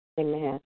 Amen